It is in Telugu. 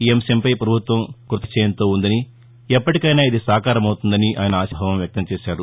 ఈ అంశం పై ప్రభుత్వం నిశ్చయంతో ఉందనీ ఎప్పటికైనా ఇది సాకారమవుతుందని ఆయన ఆశాభావం వ్యక్తం చేశారు